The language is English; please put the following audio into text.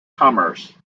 commerce